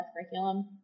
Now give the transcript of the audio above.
curriculum